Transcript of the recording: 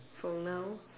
from now